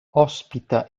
ospita